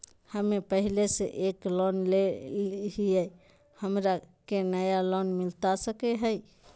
हमे पहले से एक लोन लेले हियई, हमरा के नया लोन मिलता सकले हई?